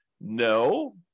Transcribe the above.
No